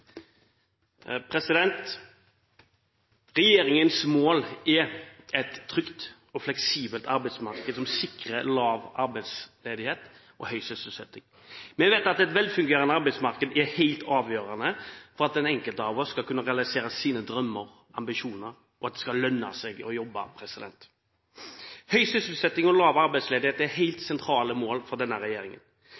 Regjeringens mål er et trygt og fleksibelt arbeidsmarked som sikrer lav arbeidsledighet og høy sysselsetting. Vi vet at et velfungerende arbeidsmarked er helt avgjørende for at hver enkelt av oss skal kunne realisere sine drømmer, ambisjoner, og at det skal lønne seg å jobbe. Høy sysselsetting og lav arbeidsledighet er helt